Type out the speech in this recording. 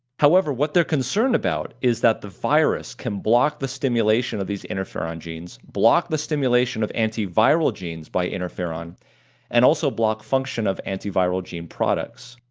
however what they're concerned about is that the virus can block the stimulation of these interferon genes, block the stimulation of antiviral genes by interferon and also block function of antiviral gene products.